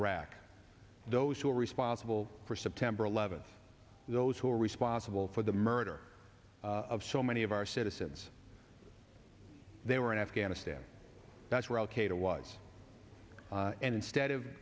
iraq those who are responsible for september eleventh and those who are responsible for the murder of so many of our citizens they were in afghanistan that's where al qaeda was and instead of